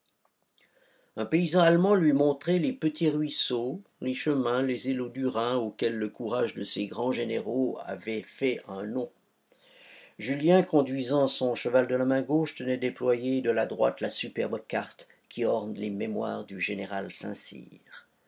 un paysan allemand lui montrait les petits ruisseaux les chemins les îlots du rhin auxquels le courage de ces grands généraux a fait un nom julien conduisant son cheval de la main gauche tenait déployée de la droite la superbe carte qui orne les mémoires du maréchal saint-cyr